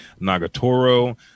nagatoro